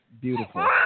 beautiful